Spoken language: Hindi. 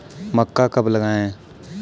मक्का कब लगाएँ?